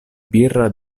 birra